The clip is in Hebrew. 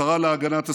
השרה להגנת הסביבה,